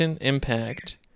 Impact